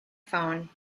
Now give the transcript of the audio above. phone